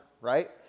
right